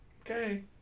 Okay